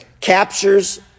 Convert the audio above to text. captures